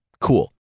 Cool